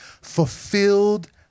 fulfilled